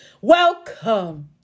Welcome